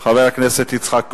חבר הכנסת יצחק כהן.